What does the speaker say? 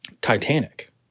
Titanic